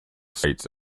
sites